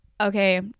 Okay